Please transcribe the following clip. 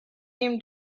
him